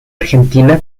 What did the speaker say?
argentina